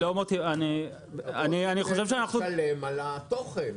צריך לשלם על התוכן.